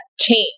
change